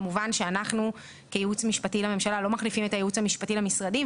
כמובן שאנחנו כייעוץ משפטי לממשלה לא מחליפים את הייעוץ המשפטי למשרדים,